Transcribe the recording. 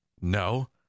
No